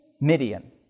Midian